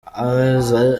amaze